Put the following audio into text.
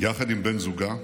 יחד עם בן זוגה.